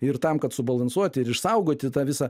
ir tam kad subalansuoti ir išsaugoti tą visą